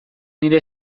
nire